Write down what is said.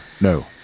No